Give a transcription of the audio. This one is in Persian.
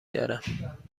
دارم